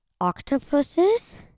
octopuses